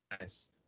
nice